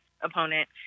opponent